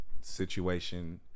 situation